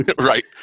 right